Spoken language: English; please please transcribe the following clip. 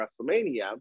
WrestleMania